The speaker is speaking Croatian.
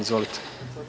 Izvolite.